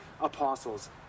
apostles